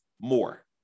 more